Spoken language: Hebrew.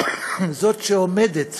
שעומדת